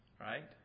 Right